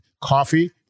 coffee